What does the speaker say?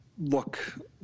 look